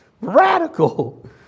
Radical